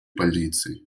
полиции